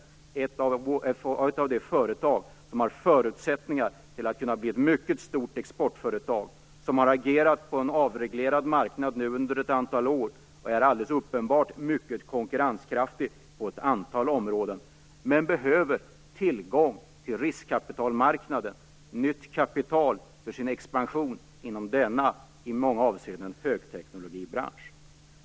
Telia är ett av de företag som har förutsättningar att kunna bli ett mycket stort exportföretag. Det har agerat på en avreglerad marknad under ett antal år nu, och är alldeles uppenbart mycket konkurrenskraftigt på ett antal områden. Men det behöver tillgång till riskkapitalmarknaden. Det behöver nytt kapital för sin expansion inom denna bransch, som i många avseenden är en högteknologibransch.